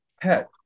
pet